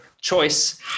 choice